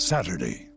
Saturday